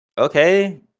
okay